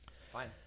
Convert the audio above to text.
Fine